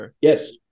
Yes